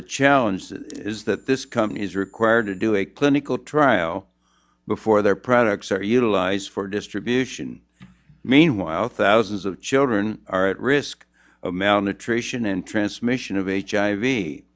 the challenge is that this company is required to do a clinical trial before their products are utilized for distribution meanwhile thousands of children are at risk of malnutrition and transmission of h